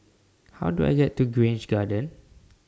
How Do I get to Grange Garden